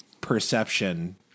perception